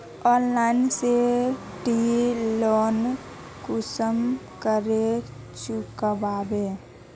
Online से ती loan कुंसम करे चुकाबो?